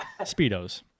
Speedos